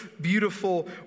beautiful